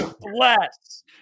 bless